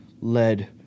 lead